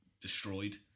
destroyed